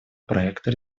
проекта